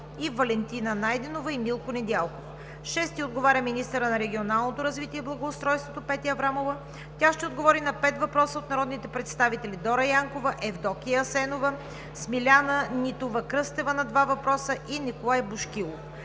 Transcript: Валентина Найденова и Милко Недялков. Шести отговоря министърът на регионалното развитие и благоустройството Петя Аврамова. Тя ще отговори на пет въпроса от народните представители Дора Янкова; Евдокия Асенова; Смиляна Нитова-Кръстева (два въпроса); и Николай Бошкилов.